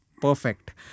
Perfect